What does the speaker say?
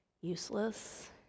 useless